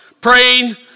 Praying